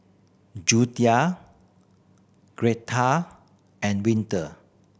Junia Greta and Winter